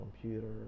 computer